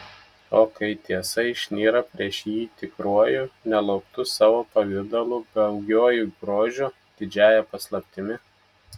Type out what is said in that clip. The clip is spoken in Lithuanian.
o kai tiesa išnyra prieš jį tikruoju nelauktu savo pavidalu baugiuoju grožiu didžiąja paslaptimi